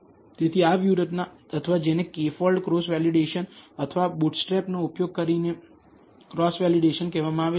તેથી આ વ્યૂહરચના અથવા જેને K ફોલ્ડ ક્રોસ વેલિડેશન અથવા બુટસ્ટ્રેપનો ઉપયોગ કરીને ક્રોસ વેલિડેશન કહેવામાં આવે છે